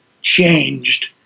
changed